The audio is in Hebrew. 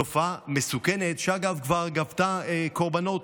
תופעה מסוכנת, שאגב, כבר גבתה קורבנות.